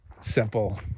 simple